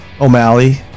O'Malley